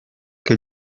che